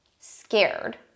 scared